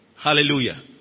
Hallelujah